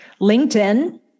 LinkedIn